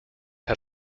had